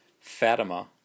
Fatima